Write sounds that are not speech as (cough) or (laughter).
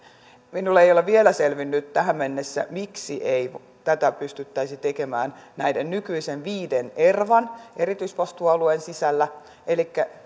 minulle ei ole vielä selvinnyt tähän mennessä miksi ei tätä pystyttäisi tekemään näiden nykyisen viiden ervan erityisvastuualueen sisällä elikkä (unintelligible)